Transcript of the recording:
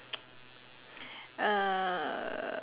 uh